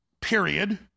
period